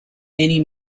many